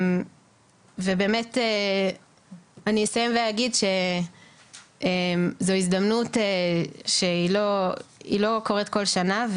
ובאמת אני אסיים ואגיד שזו הזדמנות היא לא קורית כל שנה,